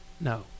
No